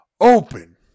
open